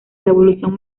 revolución